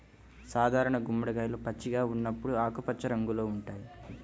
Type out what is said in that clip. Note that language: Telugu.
సాధారణ గుమ్మడికాయలు పచ్చిగా ఉన్నప్పుడు ఆకుపచ్చ రంగులో ఉంటాయి